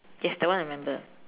yes that one I remember